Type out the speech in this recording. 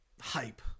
hype